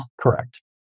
Correct